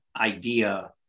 idea